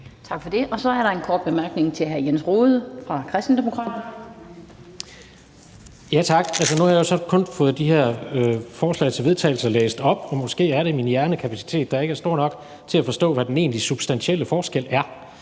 Tak for det. Så er der en kort bemærkning til hr. Jens Rohde fra Kristendemokraterne. Kl. 17:16 Jens Rohde (KD): Tak. Nu har jeg jo så kun fået de her forslag til vedtagelse læst op, og måske er det min hjernekapacitet, der ikke er stor nok til at forstå, hvad den egentlige substantielle forskel på